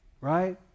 right